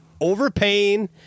Overpaying